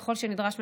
וככל שנדרש,